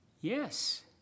Yes